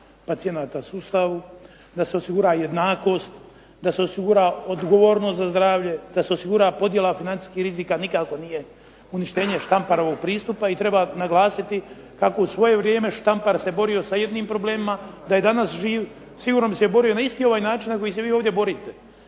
da se osigura jednakost, da se osigura odgovornost za zdravlje, da se osigura podjela financijskih rizika nikako nije uništenje Štamparovog pristupa i treba naglasiti kako u svoje vrijeme Štampar se borio sa jednim problemima, da je danas živ sigurno bi se borio na isti ovaj način na koji se vi ovdje borite.